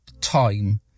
time